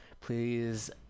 please